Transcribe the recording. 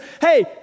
hey